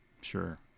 sure